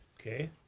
Okay